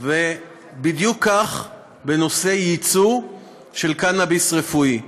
ובדיוק כך בנושא ייצוא של קנאביס רפואי,